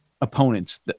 opponents